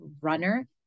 runner